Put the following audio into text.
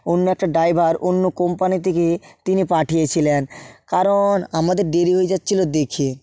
অন্য একটা ড্রাইভার অন্য কোম্পানিতে থেকে তিনি পাঠিয়েছিলেন কারণ আমাদের দেরি হয়ে যাচ্ছিলো দেখে